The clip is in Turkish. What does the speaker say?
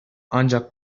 ancak